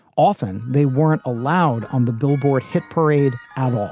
often they weren't allowed on the billboard hit parade at ah